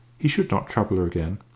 he should not trouble her again.